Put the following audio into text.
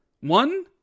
One